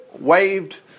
waved